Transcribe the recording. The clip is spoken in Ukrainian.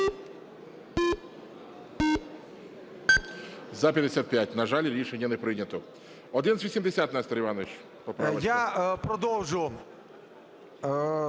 За-55 На жаль, рішення не прийнято. 1180, Нестор Іванович, поправка.